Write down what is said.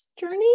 journey